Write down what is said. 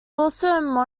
also